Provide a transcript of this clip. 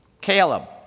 Caleb